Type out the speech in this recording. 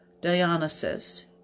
Dionysus